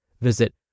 Visit